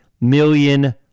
million